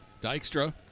Dykstra